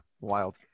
Wild